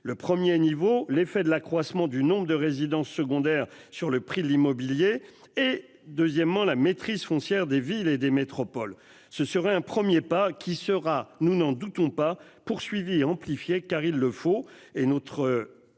le premier niveau, l'effet de l'accroissement du nombre de résidences secondaires sur le prix de l'immobilier et deuxièmement la maîtrise foncière des villes et des métropoles, ce serait un 1er pas qui sera nous n'en doutons pas poursuivi, amplifié car il le faut